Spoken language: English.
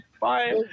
bye